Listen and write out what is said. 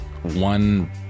one